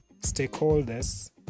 stakeholders